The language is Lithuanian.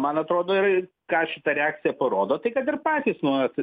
man atrodo ir ką šita reakcija parodo tai kad ir patys nuolat